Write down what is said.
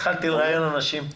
התחלתי לראיין אנשים.